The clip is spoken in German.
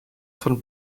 von